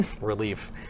Relief